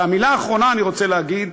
והמילה האחרונה, אני רוצה להגיד,